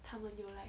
他们 you will like